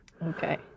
Okay